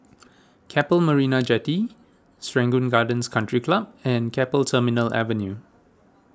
Keppel Marina Jetty Serangoon Gardens Country Club and Keppel Terminal Avenue